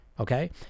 Okay